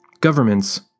Governments